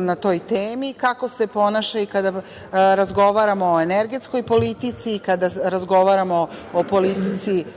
na toj temi, kako se ponaša i kada razgovaramo o energetskoj politici, kada razgovaramo